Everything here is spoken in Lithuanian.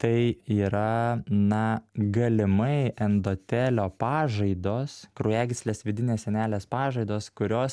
tai yra na galimai endotelio pažaidos kraujagyslės vidinės sienelės pažaidos kurios